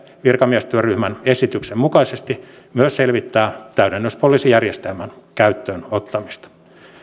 virkamiestyöryhmän esityksen mukaisesti myös selvittää täydennyspoliisijärjestelmän käyttöönottamista